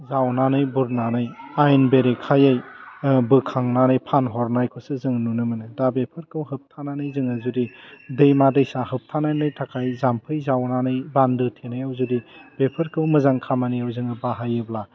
जावनानै बुरनानै आयेन बेरेखायै बोखांनानै फानहरनायखौसो जों नुनो मोनो दा बेफोरखौ होबथानानै जोङो जुदि दैमा दैसा होबथानायनि थाखाय जाम्फै जावनानै बान्दो थेनायाव जुदि बेफोरखौ मोजां खामानियाव जोङो बाहायोब्ला